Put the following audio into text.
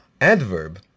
adverb